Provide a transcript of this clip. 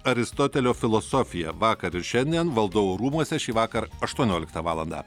aristotelio filosofija vakar ir šiandien valdovų rūmuose šįvakar aštuonioliktą valandą